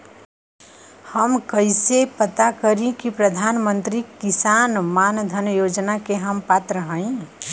हम कइसे पता करी कि प्रधान मंत्री किसान मानधन योजना के हम पात्र हई?